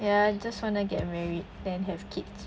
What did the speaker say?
ya just wanna get married then have kids